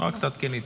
רק תעדכני.